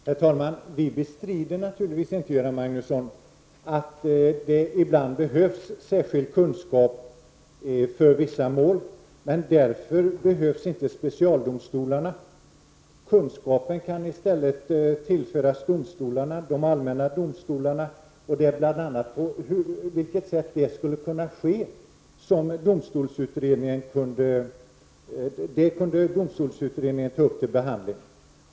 Herr talman! Vi bestrider naturligtvis inte, Göran Magnusson, att det ibland behövs särskilda kunskaper för vissa mål, men därför behövs inte specialdomstolarna. Kunskap kan i stället tillföras de allmänna domstolarna. Frågan på vilket sätt detta skulle kunna ske kunde domstolsutredningen ta upp till behandling.